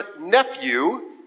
nephew